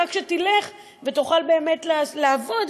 רק שתלך ותוכל באמת לעבוד,